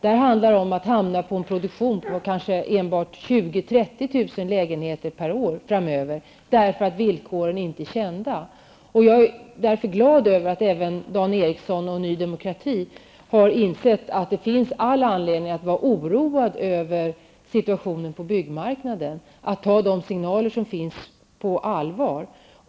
Det handlar här om att ha en produktion på enbart 20 000--30 000 lägenheter per år framöver. Det beror på att villkoren inte är kända. Jag är därför glad över att Dan Eriksson i Stockholm och Ny Demokrati har insett att det finns all anledning att vara oroad över situationen på byggmarknaden och tar de signaler som finns på allvar.